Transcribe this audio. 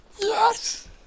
Yes